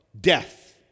death